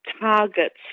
targets